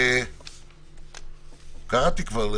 קיצוניות,